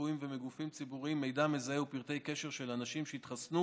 רפואיים ומגופים ציבוריים מידע מזהה ופרטי קשר של אנשים שהתחסנו